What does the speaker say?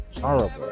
Horrible